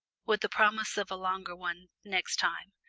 with the promise of a longer one next time.